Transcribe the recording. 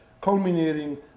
culminating